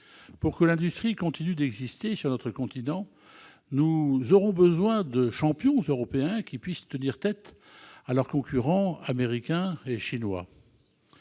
Pour que l'industrie continue d'exister sur notre continent, nous aurons besoin de champions européens qui puissent tenir tête à leurs concurrents américains et chinois.